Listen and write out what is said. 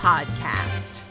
podcast